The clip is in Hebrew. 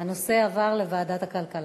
הנושא יועבר לוועדת הכלכלה.